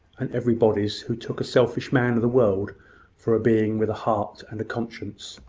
and everybody's who took a selfish man of the world for a being with a heart and a conscience.